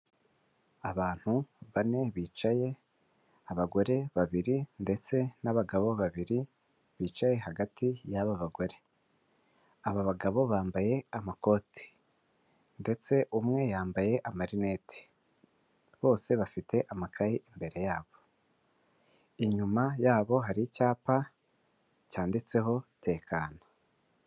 Abantu bane bicaye, abagore babiri ndetse n'abagabo babiri, bicaye hagati y'aba bagore, aba bagabo bambaye amakoti, ndetse umwe yambaye amarineti, bose bafite amakaye imbere yabo, inyuma yabo hari icyapa cyanditseho tekana.